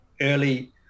early